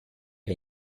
che